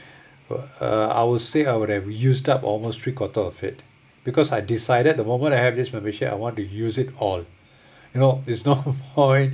but uh I would say I would have used up almost three quarter of it because I decided the moment I have this membership I want to use it all you know there's no point